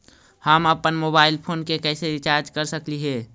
हम अप्पन mobile phone के कैसे रिचार्ज कर सकली हे?